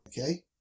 Okay